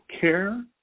care